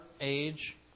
age